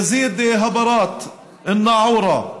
יזיד הבראת, א-נאעורה.